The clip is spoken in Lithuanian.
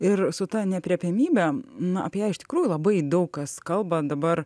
ir su ta neaprėpiamybe na apie ją iš tikrųjų labai daug kas kalba dabar